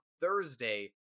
thursday